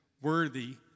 worthy